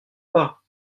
pas